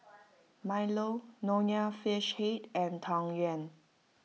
Milo Nonya Fish Head and Tang Yuen